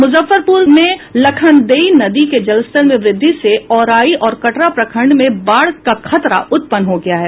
मुजफ्फरपुर में लखनदेई नदी के जलस्तर में वृद्धि से औराई और कटरा प्रखंड में बाढ़ का खतरा उत्पन्न हो गया है